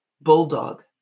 bulldog